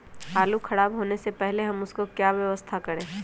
आलू खराब होने से पहले हम उसको क्या व्यवस्था करें?